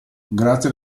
grazie